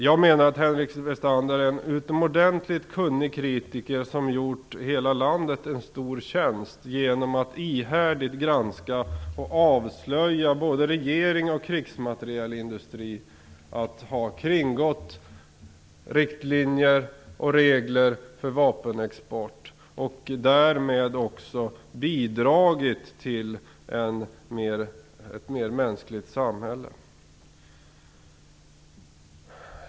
Jag menar att Henrik Westander är en utomordentligt kunnig kritiker som har gjort hela landet en stor tjänst genom att ihärdigt granska och avslöja både regeringen och krigsmaterielindustrin. Han har avslöjat att man har kringgått riktlinjer och regler för vapenexport. Därmed har han också bidragit till ett mer mänskligt samhälle.